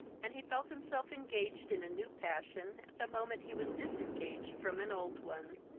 and he felt himself engaged in a new passion at the moment he was disengaged from an old one,